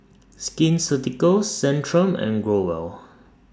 Skin Ceuticals Centrum and Growell